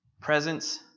Presence